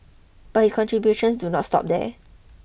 but his contributions do not stop there